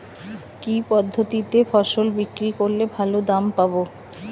কি পদ্ধতিতে ফসল বিক্রি করলে ভালো দাম পাব?